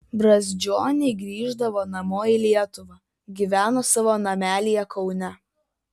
brazdžioniai grįždavo namo į lietuvą gyveno savo namelyje kaune